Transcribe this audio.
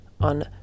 on